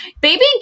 baby